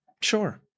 Sure